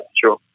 Sure